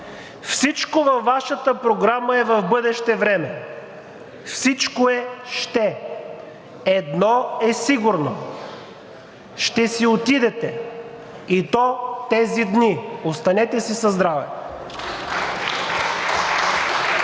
всичко във Вашата програма е в бъдеще време, всичко е „ще“! Едно е сигурно – ще си отидете, и то тези дни. Останете си със здраве!